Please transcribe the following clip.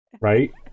right